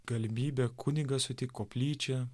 galimybė kunigą sutikt koplyčia